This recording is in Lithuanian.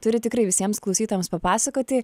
turi tikrai visiems klausytojams papasakoti